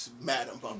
madam